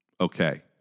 Okay